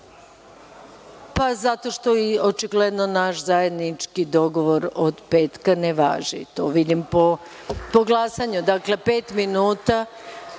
zato što očigledno naš zajednički dogovor od petka ne važi, to vidim po glasanju. Dakle, za pet minuta